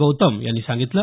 गौतम यांनी सांगितलं